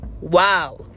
wow